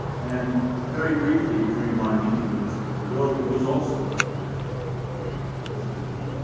and very briefly during my meeting with mr. trudeau, he was also not very happy with it, so that's a good sign.